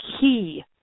key